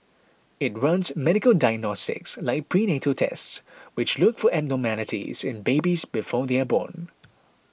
it runs medical diagnostics like prenatal tests which look for abnormalities in babies before they are born